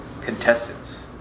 contestants